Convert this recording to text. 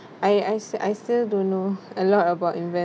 I I I still don't know a lot about